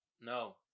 No